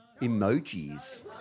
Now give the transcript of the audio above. Emojis